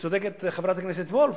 וצודקת חברת הכנסת וילף,